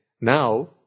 now